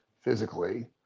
physically